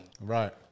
right